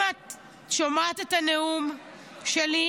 אם את שומעת את הנאום שלי,